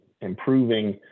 improving